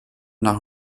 nach